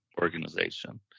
organization